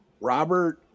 Robert